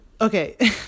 okay